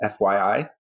FYI